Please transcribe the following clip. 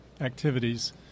activities